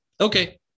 Okay